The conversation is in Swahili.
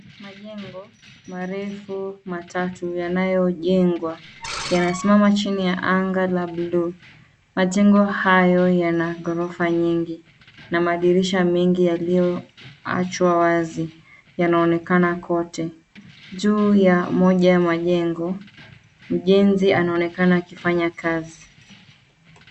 Majengo marefu matatu yanayojengwa yanasimama chini ya anga la blue . Majengo hayo yana ghorofa nyingi na madirisha mengi yaliyoachwa wazi yanaonekana kote. Juu ya moja wa majengo , mjenzi anaonekana akifanya kazi.